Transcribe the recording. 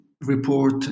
report